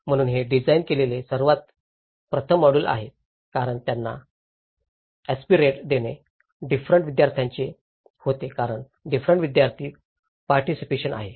म्हणूनच हे डिझाइन केलेले सर्वात प्रथम मॉड्यूल होते कारण त्यांना ऍस्पिरेट देणे डिफरंन्ट विद्यार्थ्यांचे होते कारण डिफरंन्ट विद्यार्थी पार्टीसिपेशनी